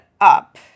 up